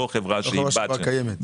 לא חברה שכבר קיימת.